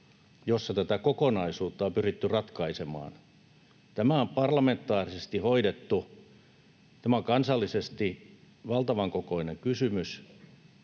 jossa tätä kokonaisuutta on pyritty ratkaisemaan. Tämä on parlamentaarisesti hoidettu. Tämä on kansallisesti valtavankokoinen kysymys,